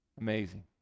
Amazing